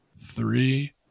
three